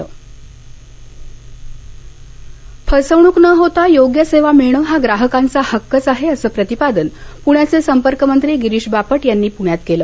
बापट फसवणूक न होता योग्य सेवा मिळणं हा ग्राहकांचा हक्कच आहे असं प्रतिपादन पृण्याचे संपर्क मंत्री गिरीश बापट यांनी पृण्यात केलं